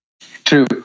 True